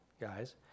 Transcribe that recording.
guys